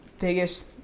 biggest